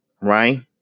Right